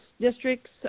districts